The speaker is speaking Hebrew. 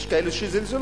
יש כאלה שזלזלו.